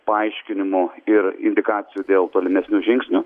paaiškinimų ir indikacijų dėl tolimesnių žingsnių